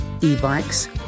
E-bikes